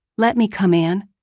let me come in.